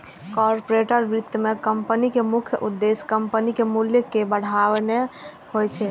corporate वित्त मे कंपनीक मुख्य उद्देश्य कंपनीक मूल्य कें बढ़ेनाय होइ छै